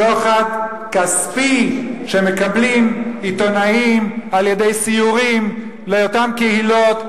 שוחד כספי שמקבלים עיתונאים על-ידי סיורים לאותן קהילות,